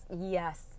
Yes